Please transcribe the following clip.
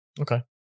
Okay